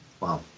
Wow